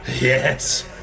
Yes